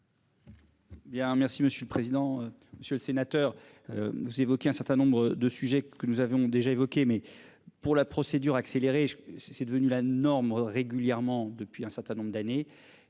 monsieur le président, Monsieur le Sénateur. Vous évoquiez un certain nombre de sujets que nous avons déjà évoqué mais pour la procédure accélérée, c'est devenu la norme régulièrement depuis un certain nombre d'années,